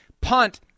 punt